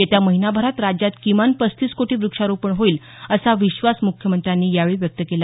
येत्या महिनाभरात राज्यात किमान पस्तीस कोटी वृक्षारोपण होईल असा विश्वास मुख्यमंत्र्यांनी यावेळी व्यक्त केला